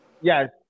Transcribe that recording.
Yes